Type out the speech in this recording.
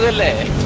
lead